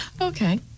Okay